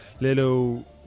little